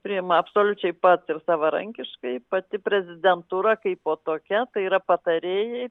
priima absoliučiai pati savarankiškai pati prezidentūra kaipo tokia tai yra patarėjai